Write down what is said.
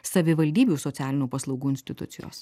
savivaldybių socialinių paslaugų institucijos